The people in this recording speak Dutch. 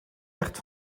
echt